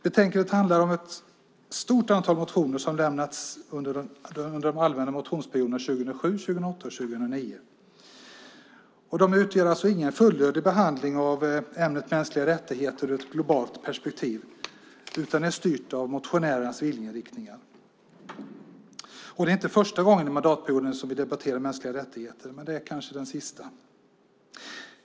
Betänkandet handlar om ett stort antal motioner som lämnats under de allmänna motionsperioderna 2007, 2008 och 2009. De utgör alltså ingen fullödig behandling av ämnet mänskliga rättigheter ur ett globalt perspektiv utan är styrda av motionärernas viljeinriktningar. Och det är inte första gången den här mandatperioden som vi debatterar mänskliga rättigheter, men det kanske är den sista.